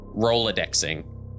rolodexing